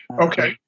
okay